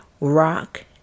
rock